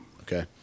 Okay